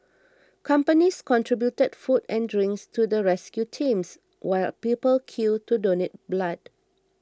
companies contributed food and drinks to the rescue teams while people queued to donate blood